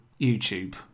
YouTube